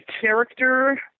character